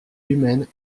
humaine